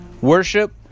worship